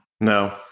No